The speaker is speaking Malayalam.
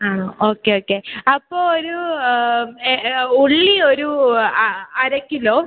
ആണൊ ഓക്കെ ഓക്കെ അപ്പോൾ ഒരു ഉള്ളി ഒരു അ അരക്കിലൊ